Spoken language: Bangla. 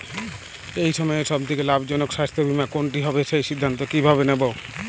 এই সময়ের সব থেকে লাভজনক স্বাস্থ্য বীমা কোনটি হবে সেই সিদ্ধান্ত কীভাবে নেব?